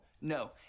no